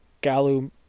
galu